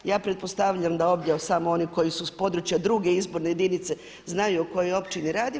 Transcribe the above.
Ja pretpostavljam da ovdje samo oni koji su s područja druge izborne jedinice znaju u kojoj općini radim.